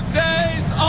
days